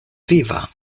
viva